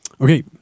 Okay